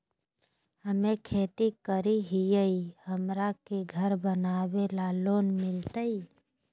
हमे खेती करई हियई, हमरा के घर बनावे ल लोन मिलतई?